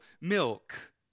milk